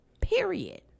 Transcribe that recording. period